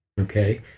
Okay